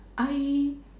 I